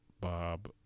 Bob